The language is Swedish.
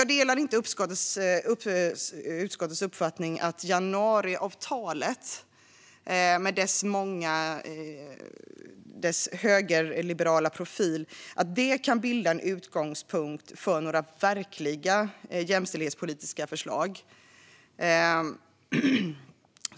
Jag delar inte utskottets uppfattning att januariavtalet - med dess högerliberala profil - kan bilda en utgångspunkt för några verkliga jämställdhetspolitiska förslag.